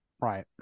Right